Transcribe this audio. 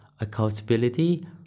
accountability